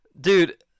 dude